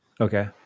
okay